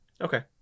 Okay